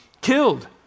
killed